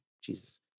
Jesus